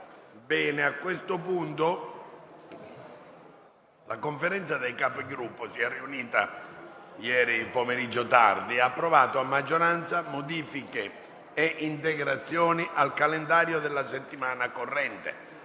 finestra"). La Conferenza dei Capigruppo si è riunita ieri pomeriggio tardi e ha approvato a maggioranza modifiche e integrazioni al calendario della settimana corrente.